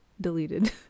deleted